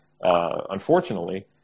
unfortunately